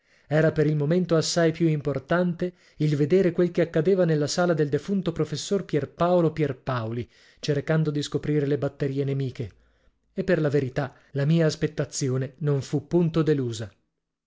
era per il momento assai più importante il vedere quel che accadeva nella sala del defunto professor pierpaolo pierpaoli cercando di scoprire le batterie nemiche e per la verità la mia aspettazione non fu punto delusa